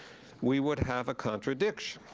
we would have a contradiction.